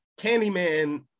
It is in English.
Candyman